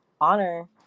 honor